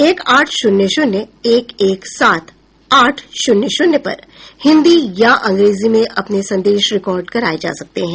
एक आठ शून्य शून्य एक एक सात आठ शून्य शून्य पर हिंदी या अंग्रेजी में अपने संदेश रिकार्ड कराए जा सकते हैं